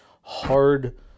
Hard